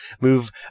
move